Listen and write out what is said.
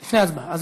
כן.